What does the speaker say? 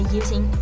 using